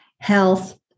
Health